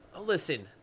Listen